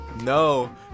No